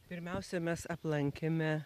pirmiausia mes aplankėme